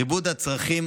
ריבוד הצרכים